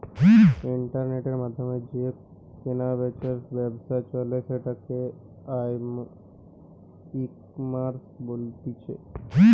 ইন্টারনেটের মাধ্যমে যে কেনা বেচার ব্যবসা চলে সেটাকে ইকমার্স বলতিছে